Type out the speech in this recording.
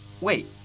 wait